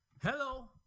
Hello